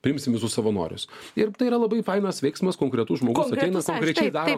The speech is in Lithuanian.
priimsim visus savanorius ir tai yra labai fainas veiksmas konkretus žmogus ateina konkrečiai daro